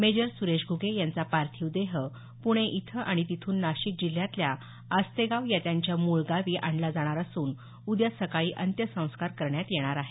major Suresh Ghuge यांचा पार्थिव देह पुणे इथं आणि तिथून नाशिक जिल्ह्यातल्या आस्तेगाव या त्यांच्या मूळ गावी आणला जाणार असून उद्या सकाळी अंत्यसंस्कार करण्यात येणार आहेत